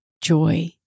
joy